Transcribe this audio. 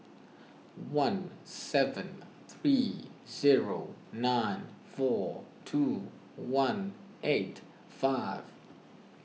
one seven three zero nine four two one eight five